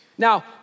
Now